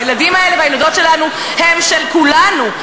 הילדים האלה והילדות שלנו הם של כולנו,